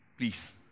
Please